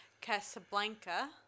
Casablanca